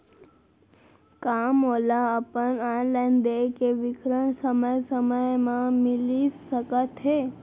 का मोला अपन ऑनलाइन देय के विवरण समय समय म मिलिस सकत हे?